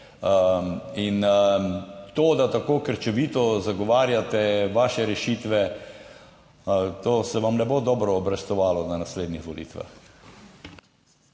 In to, da tako krčevito zagovarjate vaše rešitve, to se vam ne bo dobro obrestovalo na naslednjih volitvah.